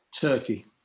Turkey